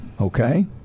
okay